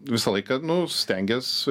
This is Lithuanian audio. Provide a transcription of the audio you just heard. visą laiką nu stengias